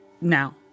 Now